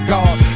God